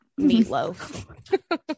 Meatloaf